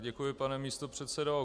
Děkuji, pane místopředsedo.